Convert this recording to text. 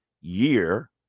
year